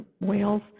Wales